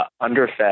underfed